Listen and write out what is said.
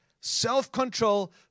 self-control